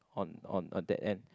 on on a dead end